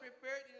prepared